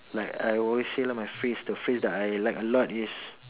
like I always say lah my phrase the phrase I like a lot is